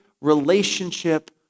relationship